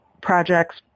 projects